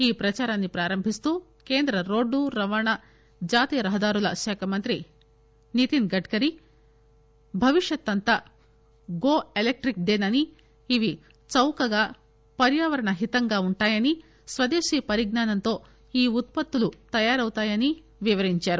ఈ ప్రదారాన్ని ప్రారంభిస్తూ కేంద్ర రోడ్డు రవాణా జాతీయ రహదారుల మంత్రి శాఖ మంత్రి నితిస్ గడ్కరీ భవిష్యత్ అంతా గో ఎలక్షిక్ దని ఇవి చౌకగా పర్యావరణ హితంగా వుంటాయని స్వదేశీ పరిజ్నానంతో ఈ ఉత్పత్తులు తయారవుతాయని వివరించారు